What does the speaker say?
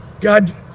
God